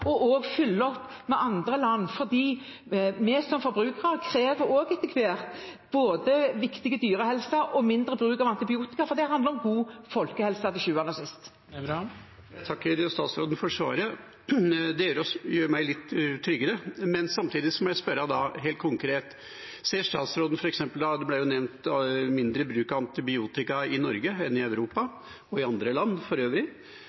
og fylle opp med andre land. Vi som forbrukere krever etter hvert både viktig dyrehelse og mindre bruk av antibiotika, for det handler til sjuende og sist om god folkehelse. Jeg takker statsråden for svaret. Det gjør meg litt tryggere, men samtidig må jeg spørre helt konkret: Det ble nevnt mindre bruk av antibiotika i Norge enn i Europa, og i andre land for øvrig.